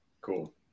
Cool